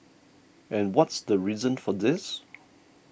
and what's the reason for this